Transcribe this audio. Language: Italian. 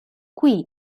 qui